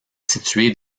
située